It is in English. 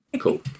cool